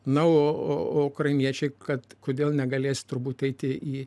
na o o o ukrainiečiai kad kodėl negalės turbūt eiti į